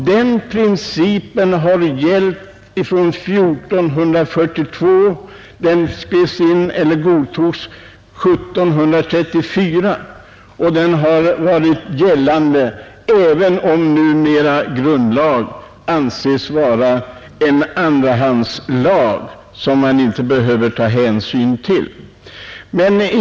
Denna princip har gällt ända från 1442 och godtogs 1734. Den har varit gällande hela tiden, även om numera grundlag anses vara en andrahandslag, som man inte behöver ta hänsyn till.